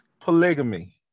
polygamy